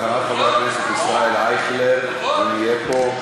אחריו, חבר הכנסת ישראל אייכלר, אם יהיה פה.